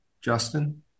Justin